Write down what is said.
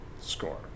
score